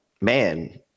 Man